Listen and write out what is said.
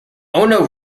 ono